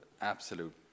absolute